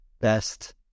best